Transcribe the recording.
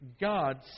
God